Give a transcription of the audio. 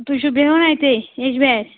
تُہۍ چھو بیٚہوان اتے یِجبیارِ